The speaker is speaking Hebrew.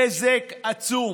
נזק עצום.